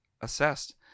assessed